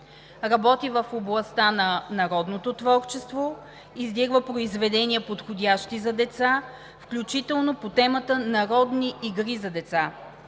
Работи в областта на народното творчество, издирва произведения, подходящи за деца, включително по темата „Народни игри за деца“.